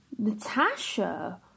Natasha